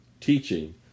teaching